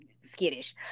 skittish